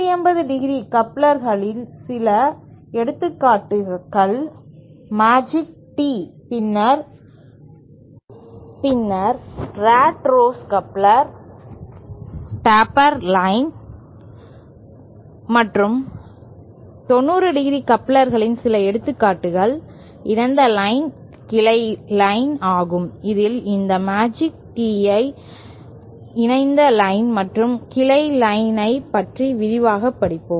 180° கப்ளர்களின் சில எடுத்துக்காட்டுகள் மேஜிக் Tee பின்னர் rat race coupler tapered line மற்றும் 90° கப்ளர்களின் சில எடுத்துக்காட்டுகள் இணைந்த லைன் கிளை லைன் ஆகும் இதில் இந்த மேஜிக் Tee இணைந்த லைன் மற்றும் கிளை லைன் ஐ பற்றி விரிவாக படிப்போம்